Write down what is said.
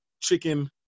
chicken